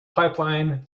pipeline